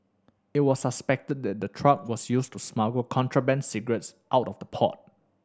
it was suspected that the truck was used to smuggle contraband cigarettes out of the port